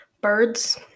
birds